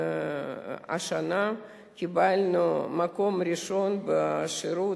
קיבלנו מקום ראשון בשירות,